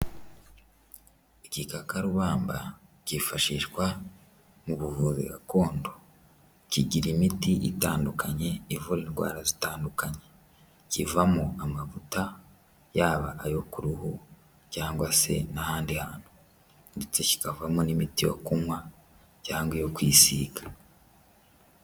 Igikakarubamba kifashishwa mu buvuzi gakondo, kigira imiti itandukanye ivura indwara zitandukanye, kivamo amavuta yaba ayo ku ruhu cyangwa se n'ahandi hantu ndetse kikavamo n'imiti yo kunywa cyangwa iyo kwisiga.